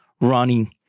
running